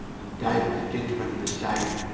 and diuers gentlemen beside,